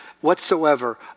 whatsoever